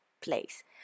place